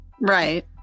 Right